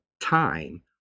time